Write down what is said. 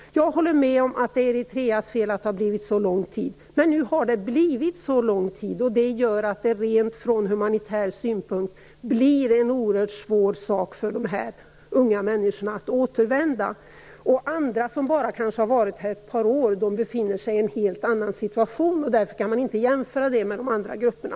Jag håller med om att det är Eritreas fel att det har tagit så lång tid, men nu har det blivit så, och det gör att det från rent humanitär synpunkt blir oerhört svårt för dessa unga människor att återvända. Andra, som kanske bara har varit här i ett par år, befinner sig i en helt annan situation. Därför kan man inte jämföra med de andra grupperna.